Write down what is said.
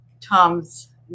Tom's